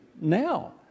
now